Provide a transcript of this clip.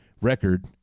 record